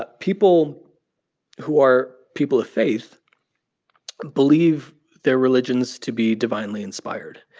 but people who are people of faith believe their religions to be divinely inspired.